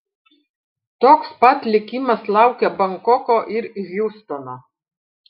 toks pat likimas laukia bankoko ir hjustono